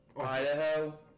Idaho